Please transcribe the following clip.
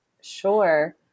Sure